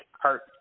hurt